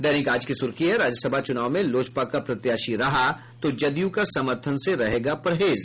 दैनिक आज की सुर्खी है राज्यसभा चुनाव में लोजपा का प्रत्याशी रहा तो जदयू का समर्थन से रहेगा परहेज